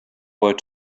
where